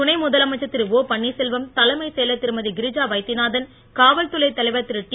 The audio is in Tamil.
துணை முதலமைச்சர் திரு ஓ பன்னீர்செல்வம் தலைமைச் செயலர் திருமதி கிரிஜா வைத்தியநாதன் காவல்துறை தலைவர் திரு டி